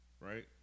right